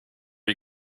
you